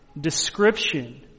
description